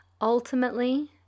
Ultimately